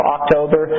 October